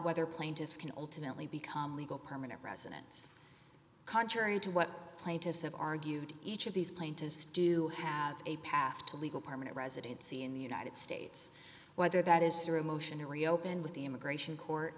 whether plaintiffs can alternately become legal permanent residence contrary to what plaintiffs have argued each of these plaintiffs do have a path to legal permanent residency in the united states whether that is through a motion to reopen with the immigration court